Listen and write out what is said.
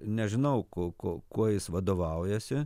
nežinau ko ko kuo jis vadovaujasi